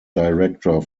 director